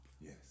Yes